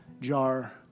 jar